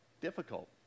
difficult